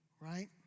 right